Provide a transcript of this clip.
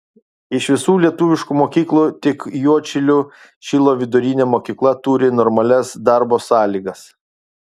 iš visų lietuviškų mokyklų tik juodšilių šilo vidurinė mokykla turi normalias darbo sąlygas